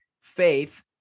faith